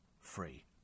free